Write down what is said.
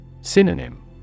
Synonym